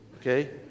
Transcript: Okay